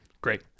Great